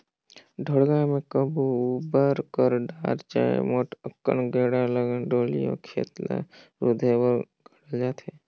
ढोड़गा मे बबूर कर डार चहे मोट अकन गेड़ा ल डोली अउ खेत ल रूधे बर गाड़ल जाथे